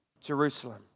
Jerusalem